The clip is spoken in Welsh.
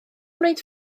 wneud